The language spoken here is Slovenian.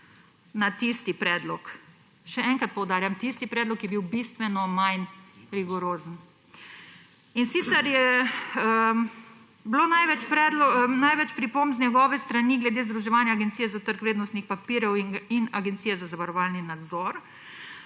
na tisti predlog. Še enkrat poudarjam, tisti predlog je bil bistveno manj rigorozen. Največ pripomb z njegove strani je bilo glede združevanja Agencije za trg vrednostnih papirjev in Agencije za zavarovalni nadzor,